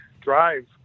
drive